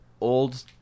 old